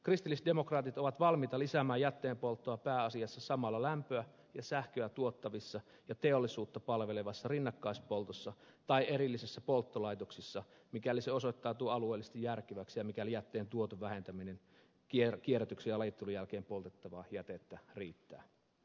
kristillisdemokraatit ovat valmiita lisäämään jätteenpolttoa pääasiassa samalla lämpöä ja sähköä tuottavassa ja teollisuutta palvelevassa rinnakkaispoltossa tai erillisissä polttolaitoksissa mikäli se osoittautuu alueellisesti järkeväksi ja mikäli jätteen tuoton vähentämisen kierrätyksen ja lajittelun jälkeen poltettavaa jätettä riittää